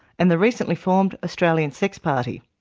and the recently-formed australian sex party.